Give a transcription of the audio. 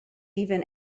even